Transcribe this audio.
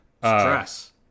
stress